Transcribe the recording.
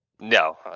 No